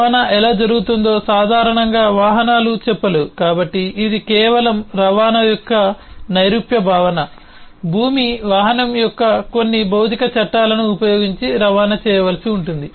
రవాణా ఎలా జరుగుతుందో సాధారణంగా వాహనాలు చెప్పలేవు కాబట్టి ఇది కేవలం రవాణా యొక్క నైరూప్య భావన భూమి వాహనం కొన్ని భౌతిక చట్టాలను ఉపయోగించి రవాణా చేయవలసి ఉంటుంది